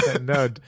No